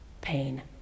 pain